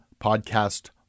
podcast